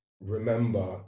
remember